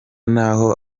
n’aho